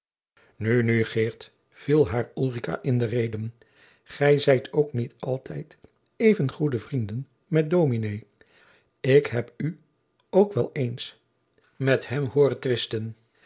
nu nu geert viel haar ulrica in de reden gij zijt ook niet altijd even goede vrienden met dominé ik heb u ook wel eens niet hem hooren twisten